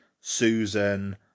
Susan